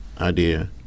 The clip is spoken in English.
idea